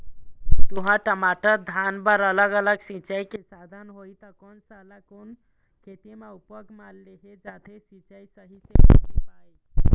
तुंहर, टमाटर, धान बर अलग अलग सिचाई के साधन होही ता कोन सा ला कोन खेती मा उपयोग मा लेहे जाथे, सिचाई सही से होथे पाए?